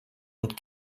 und